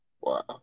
Wow